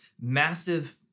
Massive